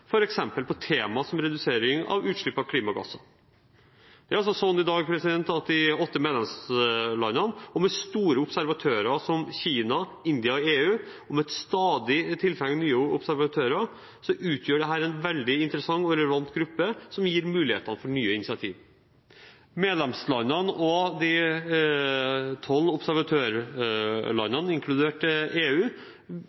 redusering av utslipp av klimagasser. I dag er det sånn at de åtte medlemslandene og store observatører som Kina, India og EU og med et stadig tilfang av nye observatører utgjør en veldig interessant og relevant gruppe, som gir muligheter for nye initiativ. Medlemslandene og de tolv